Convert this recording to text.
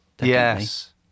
Yes